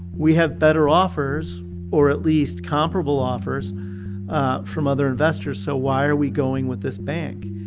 we have better offers or at least comparable offers from other investors. so why are we going with this bank?